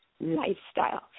lifestyle